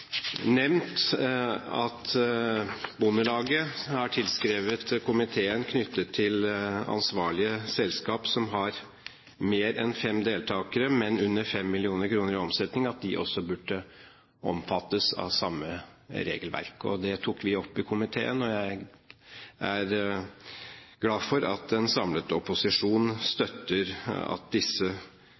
nevnt at Bondelaget har tilskrevet komiteen knyttet til at ansvarlige selskap som har mer enn fem deltakere, men under 5 mill. kr i omsetning, også burde omfattes av samme regelverk. Det tok vi opp i komiteen, og jeg er glad for at en samlet opposisjon støtter at disse